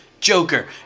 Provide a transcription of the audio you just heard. Joker